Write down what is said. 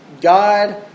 God